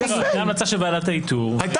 הייתה המלצה של ועדת האיתור.